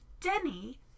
Denny